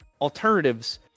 alternatives